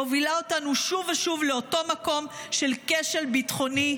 מובילה אותנו שוב ושוב לאותו מקום של כשל ביטחוני,